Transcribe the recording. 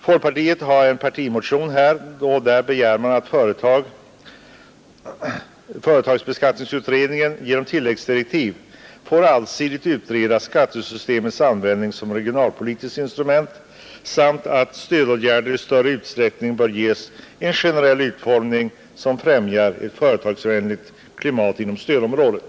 Folkpartiet har en partimotion vari det begärs att företagsbeskattningsutredningen genom tilläggsdirektiv får allsidigt utreda skattesystemets användning som regionalpolitiskt instrument samt att stödåtgärderna i större utsträckning bör ges en generell utformning som främjar ett företagsvänligt klimat inom stödområdet.